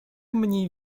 mniej